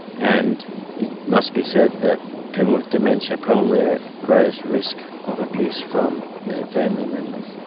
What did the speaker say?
and it must be said that people with dementia probably are at greatest risk of abuse from their family members,